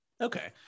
Okay